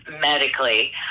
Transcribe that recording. medically